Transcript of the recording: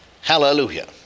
Hallelujah